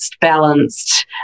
balanced